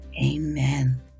Amen